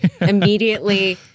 immediately